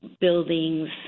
buildings